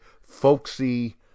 folksy